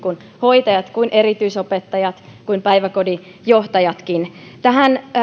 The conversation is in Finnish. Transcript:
hoitajat erityisopettajat kuin päiväkodin johtajatkin tähän